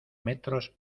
metros